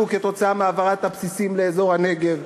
כתוצאה מהעברת הבסיסים לאזור הנגב.